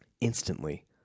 Instantly